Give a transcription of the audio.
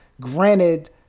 granted